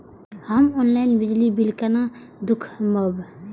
हम ऑनलाईन बिजली बील केना दूखमब?